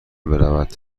برود